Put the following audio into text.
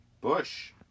Bush